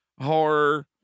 horror